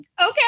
Okay